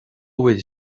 bhfuil